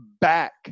back